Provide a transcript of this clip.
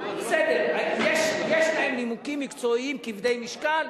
בסדר, יש להם נימוקים מקצועיים כבדי משקל,